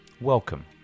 Welcome